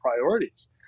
priorities